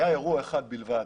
היה אירוע אחד בלבד